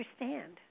understand